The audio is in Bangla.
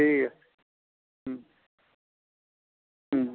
ঠিক আছে হুম হুম